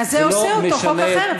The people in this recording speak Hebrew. אז זה עושה אותו חוק אחר.